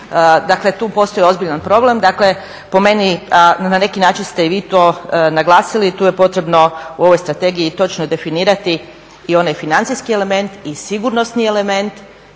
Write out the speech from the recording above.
Dakle, tu postoji ozbiljan problem. Dakle, po meni na neki način ste i vi to naglasili tu je potrebno u ovoj strategiji točno definirati i onaj financijski element i sigurnosni element